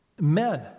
Men